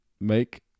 Make